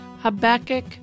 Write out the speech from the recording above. Habakkuk